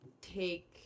take